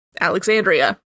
Alexandria